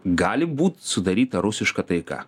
gali būt sudaryta rusiška taika